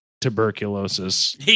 tuberculosis